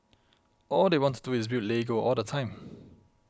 all they want to do is build Lego all the time